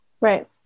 Right